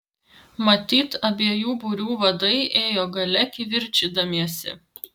matyt abiejų būrių vadai ėjo gale kivirčydamiesi